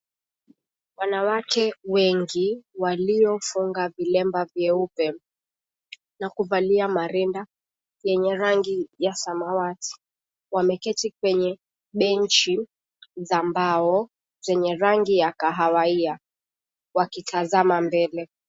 Wanawake wengi waliofunga vilemba vyeupe na kuvalia marinda yenye rangi ya samawati wameketi kwenye benchi za mbao zenye rangi ya kahawia wakitazama mbele.